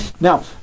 Now